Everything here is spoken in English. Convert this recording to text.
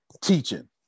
teaching